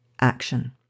action